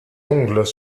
ongles